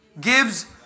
gives